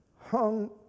hung